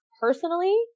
personally